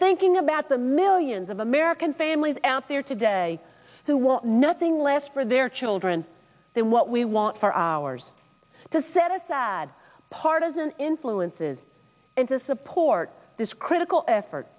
thinking about the millions of american families out there today who want nothing left for their children then what we want for ours to set aside partisan influences and to support this critical effort